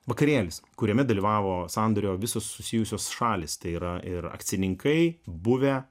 vakarėlis kuriame dalyvavo sandorio visos susijusios šalys tai yra ir akcininkai buvę